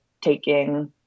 taking